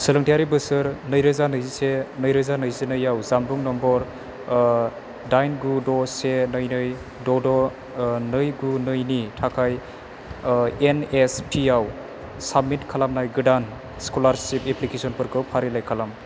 सोलोंथायारि बोसोर नैरोजा नैजिसे नैरोजा नैजिनैआव जानबुं नम्बर दाइन गु द से नै नै द द नै गु नैनि थाखाय एन एस पि आव साबमिट खालामनाय गोदान स्क'लारशिप एप्लिकेसनफोरखौ फारिलाइ खालाम